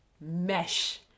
mesh